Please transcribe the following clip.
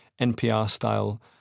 NPR-style